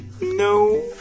no